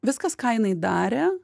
viskas ką jinai darė